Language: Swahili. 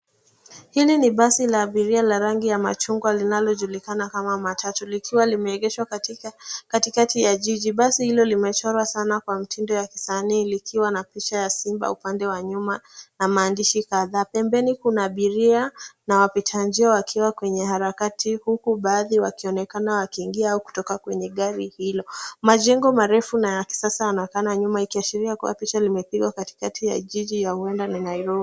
Hili ni basi la abiria la rangi ya machungwa linalojulikana kama matatu likiwa limeegeshwa katika katikati ya jiji. Basi hilo limechorwa sana kwa mtindo wa kisanii likiwa na pisha ya simba upande wa nyuma na maandishi kadhaa. Pembeni kuna abiria, na wapita njia wakiwa kwenye harakati huku baadhi wakionekana wakiingia kutoka kwenye gari hilo. Majengo marefu na ya kisasa yanaokana nyuma ikiashiria kuwa pisha limepigwa katikati ya jiji huenda ni Nairobi.